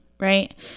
Right